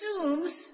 assumes